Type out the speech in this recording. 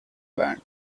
band